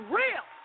real